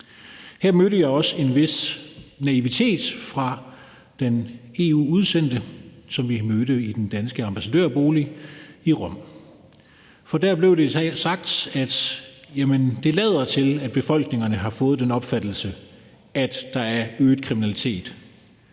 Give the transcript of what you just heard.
Her mødte jeg også en vis naivitet fra den EU-udsendte, som vi mødte i den danske ambassadørbolig i Rom. Der blev det sagt, at det lader til, at befolkningerne har fået den opfattelse, at der er øget kriminalitet,